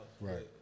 Right